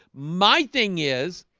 my thing is